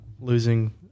losing